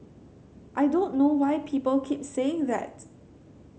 I don't know why people keep saying that